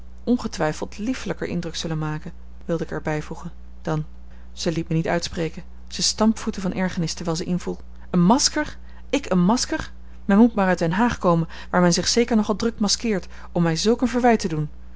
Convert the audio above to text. ongetwijfeld liefelijker indruk zullen maken wilde ik er bijvoegen dan zij liet mij niet uitspreken ze stampvoette van ergernis terwijl zij inviel een masker ik een masker men moet maar uit den haag komen waar men zich zeker nogal druk maskeert om mij zulk een verwijt te doen